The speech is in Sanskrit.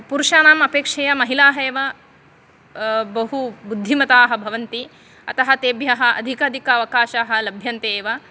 पुरुषाणाम् अपेक्षया महिलाः एव बहु बुद्धिमताः भवन्ति अतः तेभ्यः अधिक अधिक अवकाशाः लभ्यन्ते एव